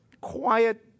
quiet